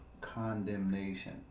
Condemnation